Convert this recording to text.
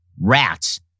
rats